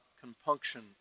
compunction